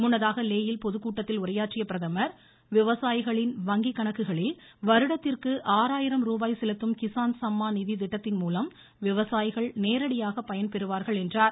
முன்னதாக லே யில் பொதுக்கூட்டத்தில் உரையாற்றிய பிரதமர் விவசாயிகளின் வங்கி கணக்குகளில் வருடத்திற்கு ஆறாயிரம் ரூபாய் செலுத்தும் கிஸான் சம்மான் நிதி திட்டத்தின்மூலம் விவசாயிகள் நேரடியாக பயன்பெறுவார்கள் என்றார்